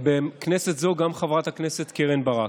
ובכנסת זו, גם חברת הכנסת קרן ברק.